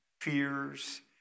fears